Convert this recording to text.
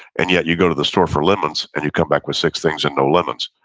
and yet you go to the store for lemons and you come back with six things and no lemons.